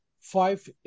five